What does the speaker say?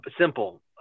Simple